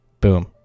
boom